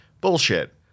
Bullshit